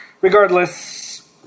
Regardless